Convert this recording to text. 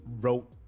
wrote